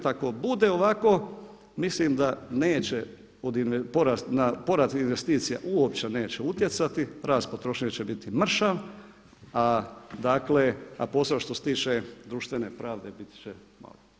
Ako bude ovako mislim da neće porast investicija uopće neće utjecati, rast potrošnje će biti mršav, a dakle a posebno što se tiče društvene pravde biti će malo.